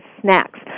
snacks